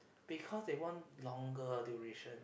because they want longer duration